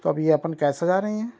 تو ابھی یہ اپن کیسے جا رہے ہیں